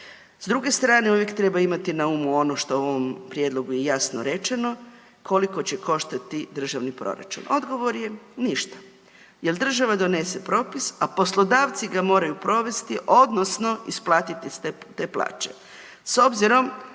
S druge strane uvijek treba imati na umu ono što u ovom prijedlogu je jasno rečeno koliko će koštati državni proračun. Odgovor je ništa jer država donese propis, a poslodavci ga moraju provesti odnosno isplatiti te plaće.